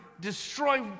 destroy